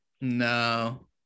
No